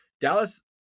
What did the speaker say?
Dallas